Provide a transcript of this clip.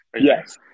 yes